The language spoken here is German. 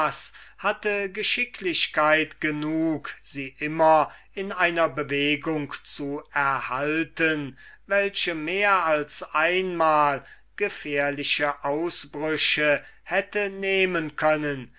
hatte geschicklichkeit genug sie immer in einer bewegung zu erhalten welche mehr als einmal gefährliche ausbrüche hätte nehmen können